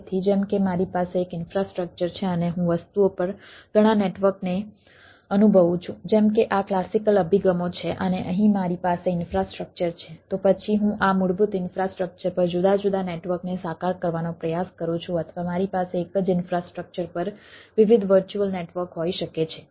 તેથી જેમ કે મારી પાસે એક ઇન્ફ્રાસ્ટ્રક્ચર છે અને હું વસ્તુઓ પર ઘણા નેટવર્કને અનુભવું છું જેમ કે આ ક્લાસિકલ અભિગમો છે અને અહીં મારી પાસે ઇન્ફ્રાસ્ટ્રક્ચર છે તો પછી હું આ મૂળભૂત ઇન્ફ્રાસ્ટ્રક્ચર પર જુદા જુદા નેટવર્કને સાકાર કરવાનો પ્રયાસ કરું છું અથવા મારી પાસે એક જ ઈન્ફ્રાસ્ટ્રક્ચર પર વિવિધ વર્ચ્યુઅલ નેટવર્ક હોઈ શકે છે